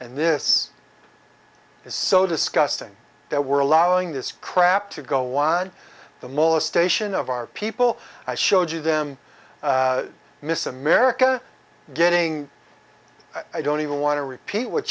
and this is so disgusting that we're allowing this crap to go watch the molestation of our people i showed you them miss america getting i don't even want to repeat what